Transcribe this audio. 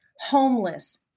Homeless